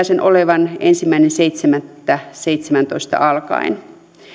sen olevan ensimmäinen seitsemättä seitsemäntoista alkaen